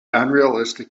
unrealistic